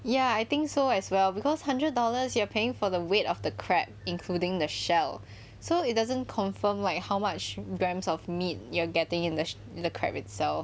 ya I think so as well because hundred dollars you are paying for the weight of the crab including the shell so it doesn't confirm like how much grams of meat you are getting in the in the crab itself